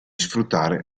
sfruttare